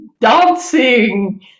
dancing